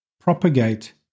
propagate